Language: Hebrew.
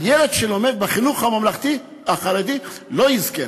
והילד שלומד בחינוך החרדי לא יזכה.